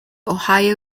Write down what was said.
ohio